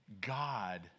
God